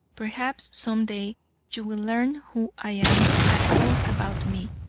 perhaps some day you will learn who i am, and all about me,